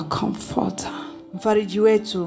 comforter